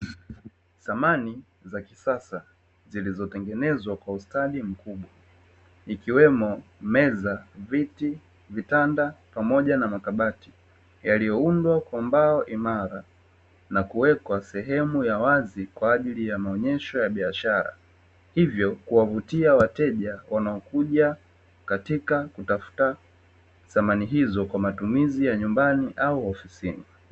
Samani za kisasa zilizotengenezwa kwa ustadi mkubwa ikiwemo meza, viti, vitanda pamoja na makabati yaliyoundwa kwa mbao imara na kuwekwa sehemu ya wazi kwa ajili ya maonesho ya biashara hivyo kuwavutia wateja wanaokuja katika kutafuta samani hizo kwa matumizi ya nyumbani au ofisini.